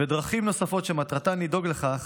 ודרכים נוספות, שמטרתן לדאוג לכך